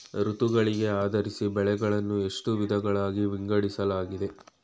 ಋತುಗಳಿಗೆ ಆಧರಿಸಿ ಬೆಳೆಗಳನ್ನು ಎಷ್ಟು ವಿಧಗಳಾಗಿ ವಿಂಗಡಿಸಲಾಗಿದೆ?